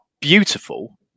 beautiful